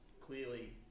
clearly